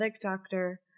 doctor